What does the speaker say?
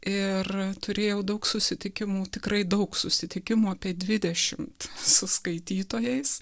ir turėjau daug susitikimų tikrai daug susitikimų apie dvidešimt su skaitytojais